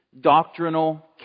doctrinal